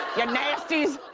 ya nasties.